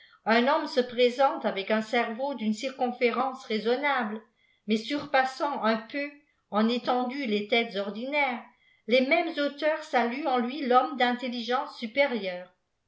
un homme se présenté avec un céneau d'une circonférence raisonnable mais surpassant un peu en étendue les têtes ordinaires les mêmes auteurs saluent en lui l'homme d'intelligence supérieure